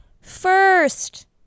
First